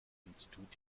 institut